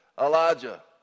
Elijah